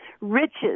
riches